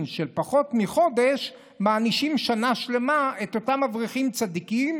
של פחות מחודש מענישים בשנה שלמה את אותם אברכים צדיקים,